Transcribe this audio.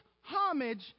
homage